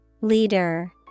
Leader